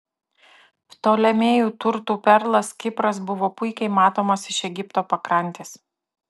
ptolemėjų turtų perlas kipras buvo puikiai matomas iš egipto pakrantės